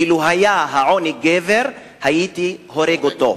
אילו היה העוני גבר, הייתי הורג אותו.